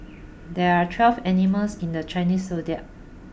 there are twelve animals in the Chinese Zodiac